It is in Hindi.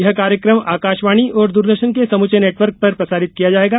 यह कार्यक्रम आकाशवाणी और द्रदर्शन के समूचे नेटवर्क पर प्रसारित किया जाएगा